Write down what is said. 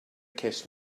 kiss